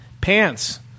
pants